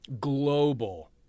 global